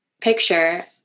picture